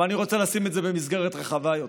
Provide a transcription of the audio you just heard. אבל אני רוצה לשים את זה במסגרת רחבה יותר.